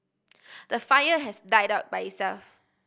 the fire has died out by itself